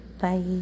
Bye